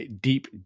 deep